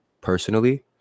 personally